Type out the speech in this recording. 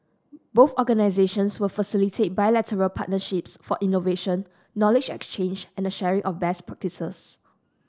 both organisations will facilitate bilateral partnerships for innovation knowledge exchange and the sharing of best practices